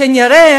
כשנראה